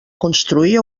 construir